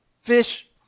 Fish